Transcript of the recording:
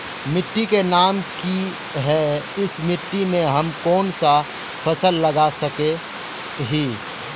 मिट्टी के नाम की है इस मिट्टी में हम कोन सा फसल लगा सके हिय?